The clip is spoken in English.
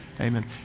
Amen